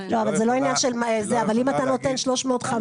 היא לא יכולה להגיד --- אבל אם אתה נותן 350,